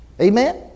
Amen